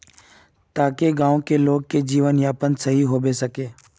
ताकि गाँव की लोग के जीवन यापन सही होबे सके?